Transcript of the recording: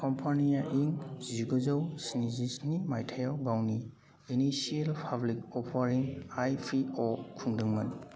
कम्पानिया इं जिगुजौ स्निजिस्नि माइथायाव गावनि इनिशियेल पाब्लिक अफारिं आइपिअ खुंदोंमोन